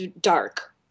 dark